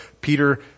Peter